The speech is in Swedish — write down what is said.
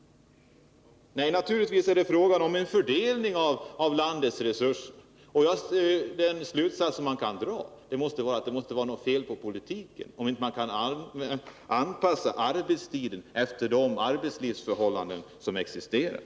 Nej, naturligtvis är det fråga om en fördelning av landets resurser. Den slutsats som man kan dra är att det måste vara något fel på politiken om man inte kan anpassa arbetstiden efter de arbetslivsförhållanden som existerar.